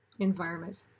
Environment